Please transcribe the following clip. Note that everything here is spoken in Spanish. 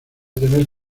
tener